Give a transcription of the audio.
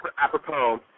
apropos